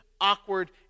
awkward